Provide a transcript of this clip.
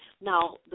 Now